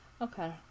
Okay